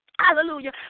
hallelujah